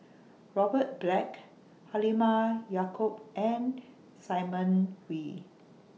Robert Black Halimah Yacob and Simon Wee